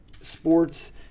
sports